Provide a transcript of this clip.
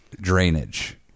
drainage